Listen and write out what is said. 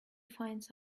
finds